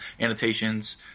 annotations